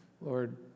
Lord